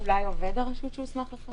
אולי עובד הרשות שהוסמך לכך?